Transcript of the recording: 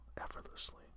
effortlessly